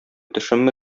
төшемме